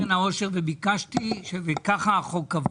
--- קרן העושר וביקשתי שככה החוק קבע,